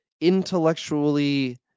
intellectually